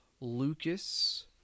Lucas